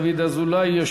תודה לחבר הכנסת דוד אזולאי.